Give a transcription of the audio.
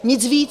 Nic víc.